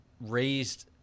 raised